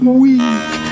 weak